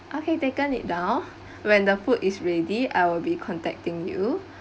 okay taken it down when the food is ready I will be contacting you